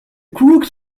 crooked